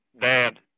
dad